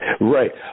Right